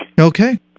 Okay